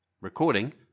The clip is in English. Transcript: Recording